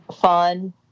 fun